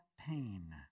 pain